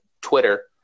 twitter